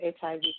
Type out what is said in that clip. HIV